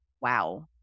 wow